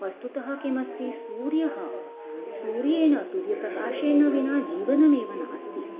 वस्तुतः किमस्ति सूर्यः सूर्येण सूर्यप्रकाशेन विना जीवनमेव नास्ति